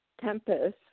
Tempest